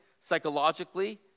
psychologically